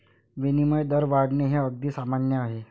विनिमय दर वाढणे हे अगदी सामान्य आहे